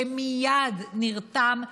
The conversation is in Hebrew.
שמייד נרתם,